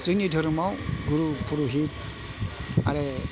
जोंनि धोरोमआव गुरु पुर'हित आरो